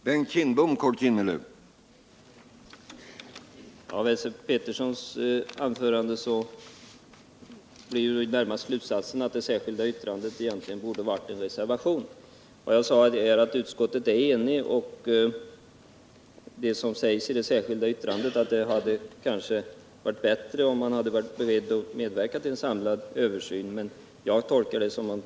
Herr talman! Av Esse Peterssons anförande blir slutsatsen att det särskilda yttrandet egentligen borde ha varit en reservation. Jag sade tidigare att utskottet är enigt. Jag tolkar det nämligen som att man har godtagit utskottets redovisningar, trots det som sägs i det särskilda yttrandet om att det hade varit bättre om utskottet varit berett att medverka till en samlad översyn av problemkomplexet.